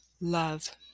love